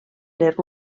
les